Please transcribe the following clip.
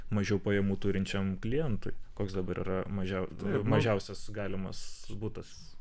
mažiau pajamų turinčiam klientui koks dabar yra mažiau mažiausias galimas butas